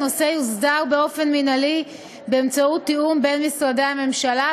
הנושא יוסדר באופן מינהלי באמצעות תיאום בין משרדי הממשלה,